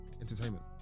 Entertainment